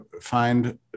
find